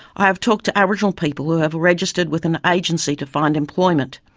i have talked to aboriginal people who have registered with an agency to find employment.